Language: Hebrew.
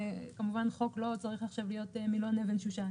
וכמובן חוק לא צריך עכשיו להיות מילון אבן שושן.